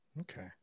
Okay